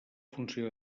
funció